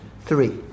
Three